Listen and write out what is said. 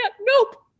nope